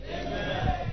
amen